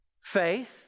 faith